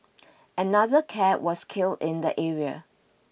another cat was killed in the area